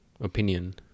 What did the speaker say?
opinion